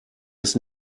ist